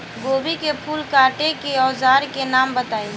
गोभी के फूल काटे के औज़ार के नाम बताई?